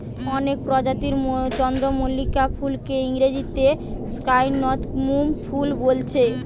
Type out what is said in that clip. অনেক প্রজাতির চন্দ্রমল্লিকা ফুলকে ইংরেজিতে ক্র্যাসনথেমুম ফুল বোলছে